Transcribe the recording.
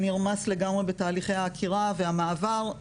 שנרמס לגמרי בתהליכי העקירה והמעבר.